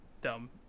dumb